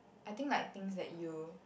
I think like things that you